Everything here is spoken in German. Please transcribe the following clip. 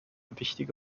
wichtige